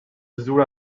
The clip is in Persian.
زور